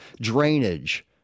drainage